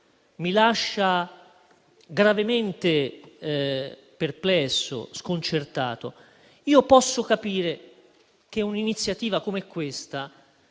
mi lascia gravemente perplesso e sconcertato. Posso capire che un'iniziativa come questa